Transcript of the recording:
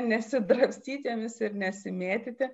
nesidrabstytėmis ir nesimėtyti